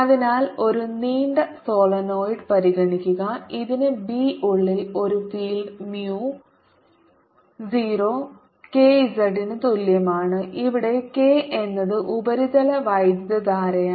അതിനാൽ ഒരു നീണ്ട സോളിനോയിഡ് പരിഗണിക്കുക ഇതിന് ബി ഉള്ളിൽ ഒരു ഫീൽഡ് mu 0 k z ന് തുല്യമാണ് ഇവിടെ k എന്നത് ഉപരിതല വൈദ്യുതധാരയാണ്